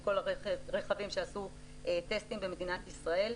של כל הרכבים שעשו טסטים במדינת ישראל,